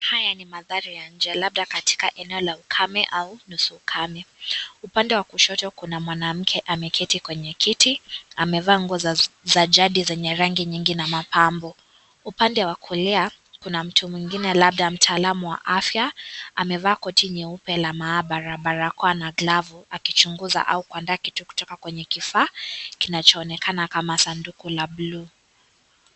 Haya ni mandhari ya nchi, labda katika eneo la ukame au nusu ukame. Upande wa kushoto, kuna mwanamke ameketi kwenye kiti, amevaa nguo za jadi zenye rangi nyingi na mapambo. Upande wa kulia, kuna mtu mwingine labda mtaalamu wa afya, amevaa koti nyeupe la mahabara, barakoa na glavu, akichunguza au kuandaa kitu kutoka kwenye kifaa kinachoonekana kama sanduku la buluu.